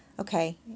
okay